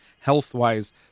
Health-wise